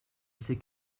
sais